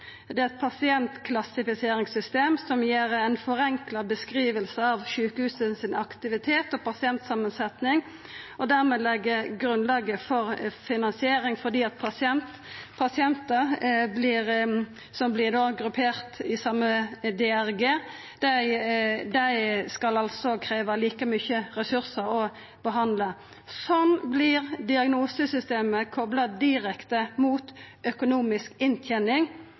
Det er eit pasientklassifiseringssystem som gir ei forenkla beskriving av aktiviteten og pasientsamansetjinga til sjukehuset. Det legg dermed grunnlaget for finansieringa, fordi pasientar som vert grupperte i same DRG, skal krevja like mykje ressursar å behandla. Slik vert diagnosesystemet kopla direkte mot økonomisk